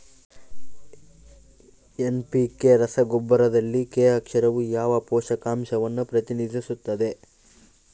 NPK ರಸಗೊಬ್ಬರದಲ್ಲಿ K ಅಕ್ಷರವು ಯಾವ ಪೋಷಕಾಂಶವನ್ನು ಪ್ರತಿನಿಧಿಸುತ್ತದೆ?